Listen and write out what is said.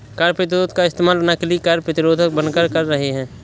कर प्रतिरोध का इस्तेमाल नकली कर प्रतिरोधक बनकर कर रहे हैं